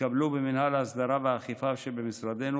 התקבלו במינהל ההסדרה והאכיפה שבמשרדנו